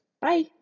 Bye